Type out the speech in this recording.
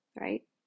right